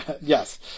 Yes